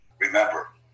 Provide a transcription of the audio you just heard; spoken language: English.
Remember